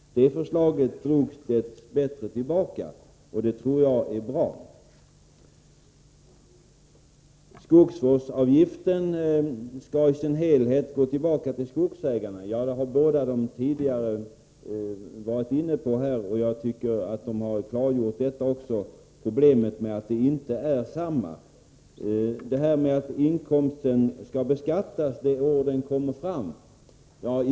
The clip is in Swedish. Det förslaget drogs dess bättre tillbaka, och det tror jag var bra. De båda tidigare talarna sade att skogsvårdsavgiften i sin helhet skall gå tillbaka till skogsägarna. Jag tycker också att de klargjorde att så inte sker f.n. Vad gäller önskemålet att inkomster skall beskattas det år de uppkommer vill jag framhålla följande.